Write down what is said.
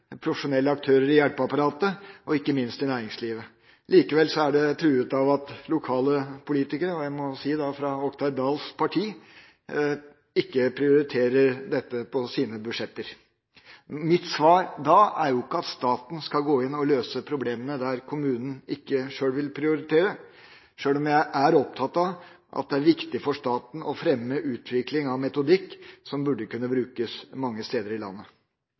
profesjonelle aktører i det offentlige hjelpeapparatet og ikke minst i næringslivet. Likevel er det truet av at lokale politikere – fra Oktay Dahls parti – ikke prioriterer dette på sine budsjetter. Mitt svar da er ikke at staten skal gå inn og løse problemene der kommunen ikke sjøl vil prioritere, sjøl om jeg er opptatt av at det er viktig for staten å fremme utvikling av metodikk som burde kunne brukes mange steder i landet.